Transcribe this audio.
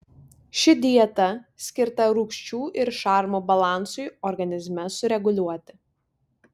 ši dieta skirta rūgščių ir šarmų balansui organizme sureguliuoti